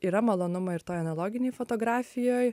yra malonumo ir toj analoginėj fotografijoj